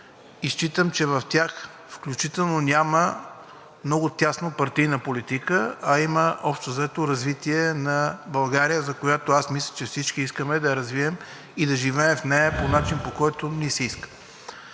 и считам, че в тях включително няма много тясна партийна политика, а има, общо взето, развитие на България, която аз мисля, че всички искаме да развием и да живеем в нея по начин, по който ни се иска.